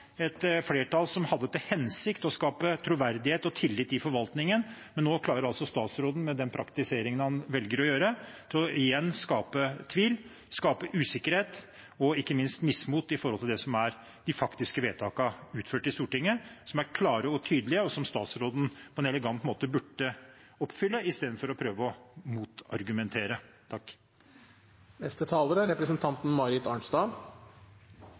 et flertall som hadde til hensikt å skape troverdighet og tillit i forvaltningen. Nå klarer altså statsråden, med den praktiseringen han velger, igjen å skape tvil, usikkerhet og ikke minst mismot rundt de faktiske vedtakene fattet i Stortinget, som er klare og tydelige, og som statsråden på en elegant måte burde oppfylle i stedet for å prøve å argumentere mot. Jeg vil gjerne slutte meg litt til det som representanten